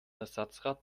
ersatzrad